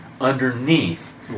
underneath